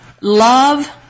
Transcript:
love